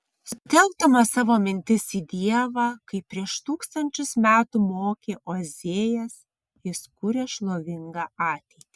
sutelkdamas savo mintis į dievą kaip prieš tūkstančius metų mokė ozėjas jis kuria šlovingą ateitį